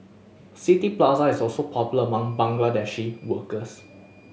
City Plaza is also popular among Bangladeshi workers